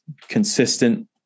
consistent